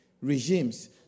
regimes